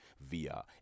via